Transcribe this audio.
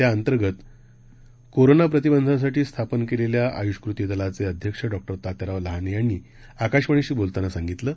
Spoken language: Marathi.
त्याअंतर्गत कोरोना प्रतिबंधासाठी स्थापन केलेल्या आयुष कृती दलाचे अध्यक्ष डॉक्टर तात्याराव लहाने यांनी आकाशवाणीशी बोलताना सांगितलं